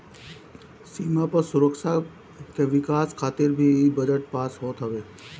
सीमा पअ सुरक्षा के विकास खातिर भी इ बजट पास होत हवे